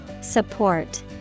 Support